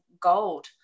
gold